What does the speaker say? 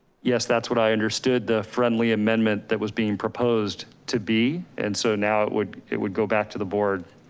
yes, that's what i understood. the friendly amendment that was being proposed to be. and so now it would it would go back to the board.